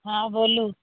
हँ बोलू